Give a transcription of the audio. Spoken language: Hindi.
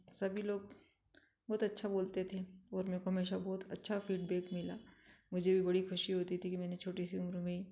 सभी लोग बहुत अच्छा बोलते थे और मेरे को हमेशा बहुत अच्छा फीडबैक मिला मुझे भी बड़ी खुशी होती थी कि मैंने छोटी सी उम्र में